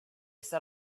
set